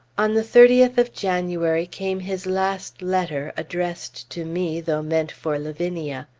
on the thirtieth of january came his last letter, addressed to me, though meant for lavinia.